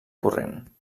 corrent